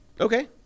Okay